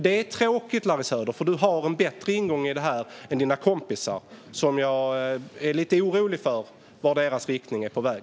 Det är tråkigt, Larry Söder, för du har en bättre ingång i det här än dina kompisar, som jag är lite orolig för i vilken riktning de är på väg.